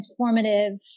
transformative